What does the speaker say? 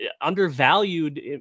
undervalued